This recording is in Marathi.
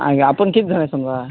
आणखी आपण किती जणं आहे समजा